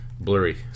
blurry